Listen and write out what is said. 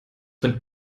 von